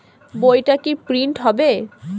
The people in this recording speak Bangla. বইটা কি প্রিন্ট হবে?